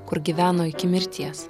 kur gyveno iki mirties